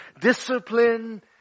Discipline